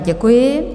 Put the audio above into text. Děkuji.